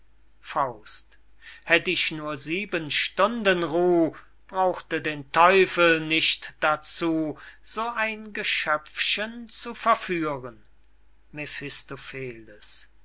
auszuspüren hätt ich nur sieben stunden ruh brauchte den teufel nicht dazu so ein geschöpfchen zu verführen